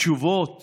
תשובות